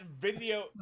video